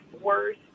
worse